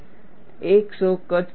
એક સો કટ પણ કરશે